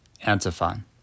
antiphon